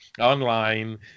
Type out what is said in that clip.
online